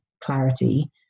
clarity